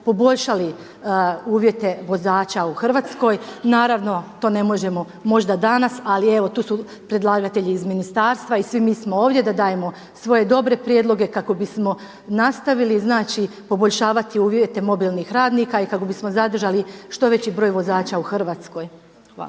poboljšali uvjete vozača u Hrvatskoj. Naravno to ne možemo možda danas, ali evo tu su predlagatelji iz ministarstva i svi mi smo ovdje da dajemo svoje dobre prijedloge kako bismo nastavili znači poboljšavati uvjete mobilnih radnika i kako bismo zadržali što veći broj vozača u Hrvatskoj. Hvala.